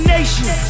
Nation